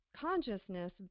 consciousness